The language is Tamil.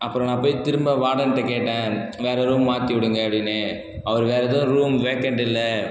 அப்புறம் நான் போய் திரும்ப வார்டன்கிட்ட கேட்டேன் வேற ரூம் மாற்றி விடுங்கள் அப்படின்னு அவர் வேற எதுவும் ரூம் வேக்கென்ட் இல்லை